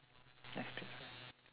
nice pizza